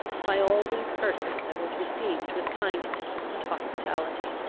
by all these persons i was received with kindness and hospitality.